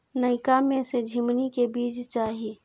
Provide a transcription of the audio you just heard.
नयका में से झीमनी के बीज चाही?